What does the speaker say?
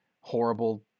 horrible